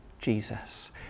Jesus